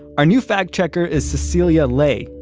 our new fact-checker is cecilia ley.